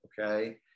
okay